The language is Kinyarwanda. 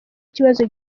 ikibazo